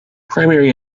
primary